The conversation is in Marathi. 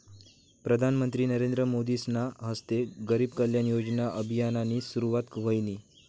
प्रधानमंत्री नरेंद्र मोदीसना हस्ते गरीब कल्याण योजना अभियाननी सुरुवात व्हयनी